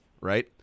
right—